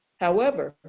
however,